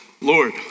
Lord